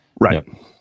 Right